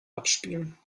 abspielen